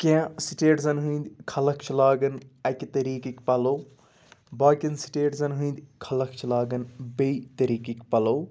کینٛہہ سٹیٹزَن ہٕنٛدۍ خلق چھِ لاگان اَکہِ طٔریٖقٕکۍ پَلو باقیَن سٹیٹزَن ہٕنٛدۍ خلق چھِ لاگان بیٚیہِ طٔریٖقٕکۍ پَلو